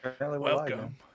Welcome